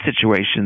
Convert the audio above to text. situations